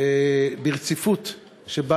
ברציפות שבה